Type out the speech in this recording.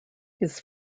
his